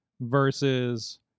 versus